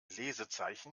lesezeichen